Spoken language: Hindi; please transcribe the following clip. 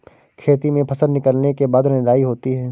खेती में फसल निकलने के बाद निदाई होती हैं?